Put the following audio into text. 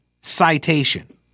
citation